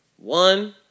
One